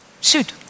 Shoot